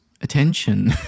attention